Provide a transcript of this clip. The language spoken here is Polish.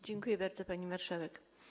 Dziękuję bardzo, pani marszałek.